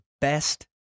best